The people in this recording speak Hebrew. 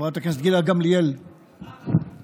חברת הכנסת גילה גמליאל, למה?